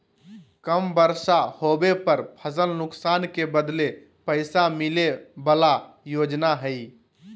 कम बर्षा होबे पर फसल नुकसान के बदले पैसा मिले बला योजना हइ